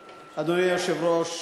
היושב-ראש,